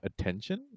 attention